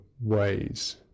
ways